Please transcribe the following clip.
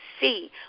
see